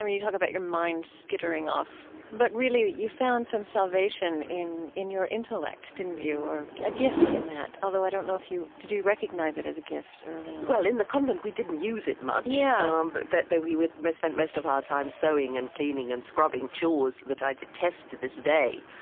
um you you talk about your mind skittering off, but really you found some salvation in in your intellect, didn't you, or a gift in that? although i don't know if you did you recognize it as a gift early on? well, in the convent we didn't use it much. yeah um but but but we would spend most of our time sewing and cleaning and scrubbing, chores that i detest to this day.